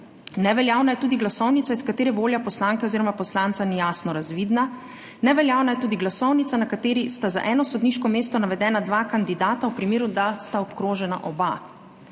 Neveljavna je tudi glasovnica, iz katere volja poslanke oziroma poslanca ni jasno razvidna, neveljavna je tudi glasovnica, na kateri sta za eno sodniško mesto navedena dva kandidata, če sta obkrožena oba.